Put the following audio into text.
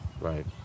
Right